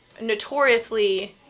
notoriously